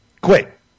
quit